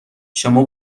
شما